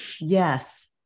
Yes